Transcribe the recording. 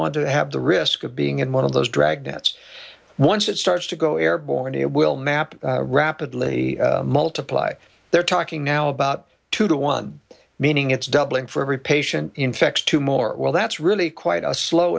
want to have the risk of being in one of those dragnets once it starts to go airborne it will map rapidly multiply they're talking now about two to one meaning it's doubling for every patient infected two more well that's really quite a slow